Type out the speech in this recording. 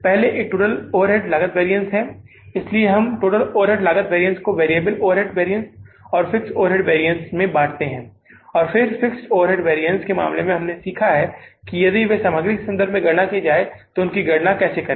पहले एक total overhead लागत वैरिअन्स है इसलिए इस टोटल ओवरहेड लागत वैरिअन्स को वैरिएबल ओवरहेड वैरिअन्स और फिक्स्ड ओवरहेड वैरिअन्स में बाटा जा सकता है और फिक्स्ड ओवरहेड वैरिअन्स के मामले में हमने सीखा कि यदि वे सामग्री के संबंध में गणना की जाए तो उस की गणना कैसे करें